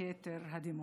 בכתר הדמוקרטיה.